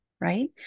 right